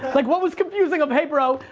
like what was confusing? um hey bro,